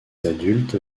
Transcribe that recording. adultes